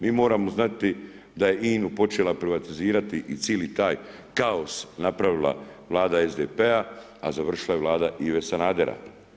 Mi moramo znati da INA-u počela privatizirati i cijeli taj kaos napravila Vlada SDP-a, a završila je Vlada ive Sanadera.